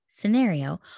scenario